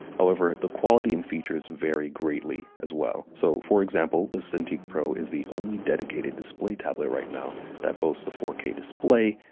however, the quality and features vary greatly as well. so, for example, the cintiq pro is the only dedicated display tablet right now that boasts a four k display,